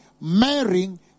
marrying